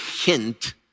hint